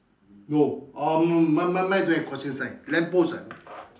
no um my my my don't have crossing sign lamp post ah